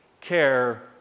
care